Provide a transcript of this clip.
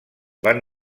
van